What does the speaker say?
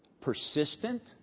persistent